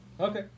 okay